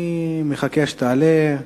אני מחכה שתעלה.